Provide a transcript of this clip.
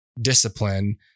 discipline